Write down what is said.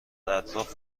اطراف